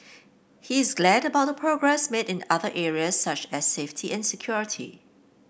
he is glad about the progress made in other areas such as safety and security